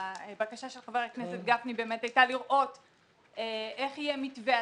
והבקשה של חברת הכנסת הייתה באמת לראות איך יהיה מתווה הצו.